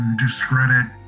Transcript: discredit